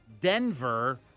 Denver